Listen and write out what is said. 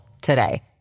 today